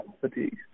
fatigue